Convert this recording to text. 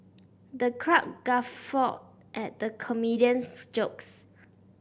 the crowd guffawed at the comedian's jokes